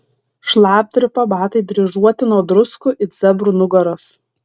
šlapdriba batai dryžuoti nuo druskų it zebrų nugaros